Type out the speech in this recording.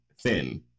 thin